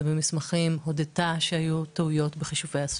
במסמכים הודתה שהיו טעויות בחישובי הספיקות,